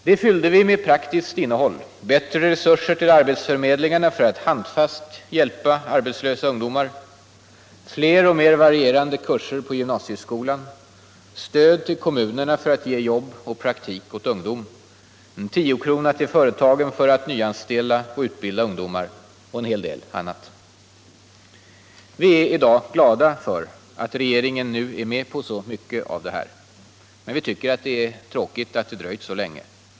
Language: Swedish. Det fyllde vi med praktiskt innehåll: bättre resurser till arbetsförmedlingarna för att handfast hjälpa arbetslösa ungdomar, fler och mer varierande kurser på gymnasieskolan, stöd till kommunerna för att ge jobb och praktik åt ungdom, en tiokrona till företagen för att nyanställa och utbilda ungdomar och en hel del annat. Vi är i dag glada för att regeringen nu är med på mycket av det här. Men vi tycker att det är tråkigt att det dröjt så länge.